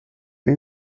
این